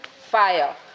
fire